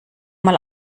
mal